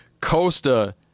Costa